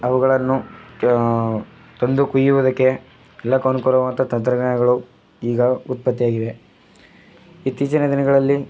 ಅವುಗಳನ್ನು ತಂದು ಕುಯ್ಯೋದಕ್ಕೆ ಎಲ್ಲ ಕೊಂಕೊರೋವಂತ ತಂತ್ರಜ್ಞಾನಗಳು ಈಗ ಉತ್ಪತ್ತಿಯಾಗಿವೆ ಇತ್ತೀಚಿನ ದಿನಗಳಲ್ಲಿ